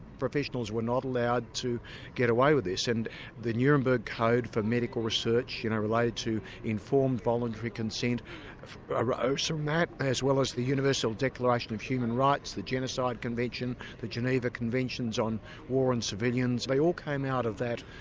professionals were not allowed to get away with this, so and the nuremberg code for medical research you know related to informed voluntary consent arose from that, as well as the universal declaration of human rights, the genocide convention, the geneva conventions on war and civilians they all came out of that,